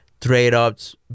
trade-ups